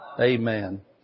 Amen